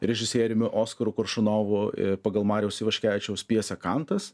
režisieriumi oskaru koršunovu pagal mariaus ivaškevičiaus pjesę kantas